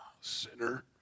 Sinner